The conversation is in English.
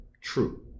True